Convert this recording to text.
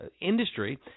industry